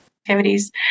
activities